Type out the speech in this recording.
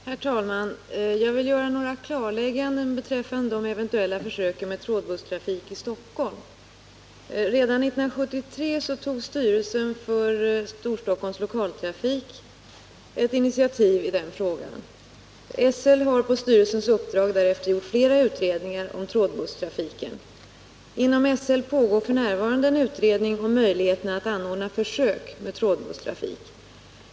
Herr talman! Jag vill göra några klarlägganden beträffande de eventuella försöken med trådbusstrafik i Stockholm. Redan 1973 tog styrelsen för Storstockholms Lokaltrafik ett initiativ i den frågan. SL har på styrelsens uppdrag därefter gjort flera utredningar om trådbusstrafiken. Inom SL pågår f.n. en utredning om möjligheterna att anordna försök med trådbusstrafik.